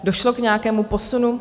Došlo k nějakému posunu?